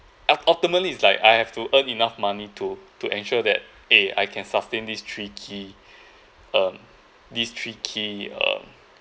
ul~ ultimately it's like I have to earn enough money to to ensure that eh I can sustain these three key um these three key um